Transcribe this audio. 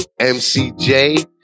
MCJ